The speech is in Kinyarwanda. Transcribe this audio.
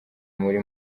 muri